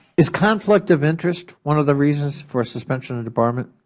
is conflict of interest one of the reasons for suspension and debarment?